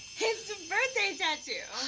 it's a birthday tattoo.